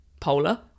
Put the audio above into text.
Polar